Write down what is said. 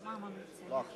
לאור,